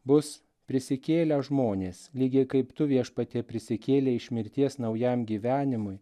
bus prisikėlę žmonės lygiai kaip tu viešpatie prisikėlei iš mirties naujam gyvenimui